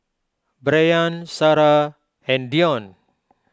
Brayan Sara and Deon